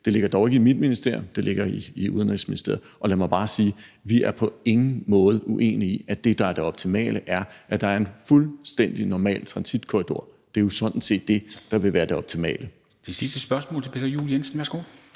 Det ligger dog ikke i mit ministerium. Det ligger i Udenrigsministeriet. Lad mig bare sige: Vi er på ingen måde uenige i, at det, der er det optimale, er, at der er en fuldstændig normal transitkorridor. Det er jo sådan set det, der vil være det optimale. Kl. 13:50 Formanden (Henrik